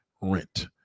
rent